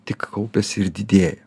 tik kaupiasi ir didėja